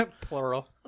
plural